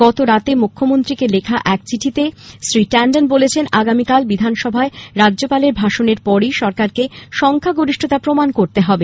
গতরাতে মুখ্যমন্ত্রীকে লেখা এক চিঠিতে শ্রী ট্যান্ডন বলেছেন আগামীকাল বিধানসভায় রাজ্যপালের ভাষণের পরই সরকারকে সংখ্যাগরিষ্ঠতা প্রমাণ করতে হবে